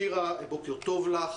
בבקשה, שירה, בוקר טוב לך.